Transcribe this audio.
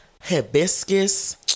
hibiscus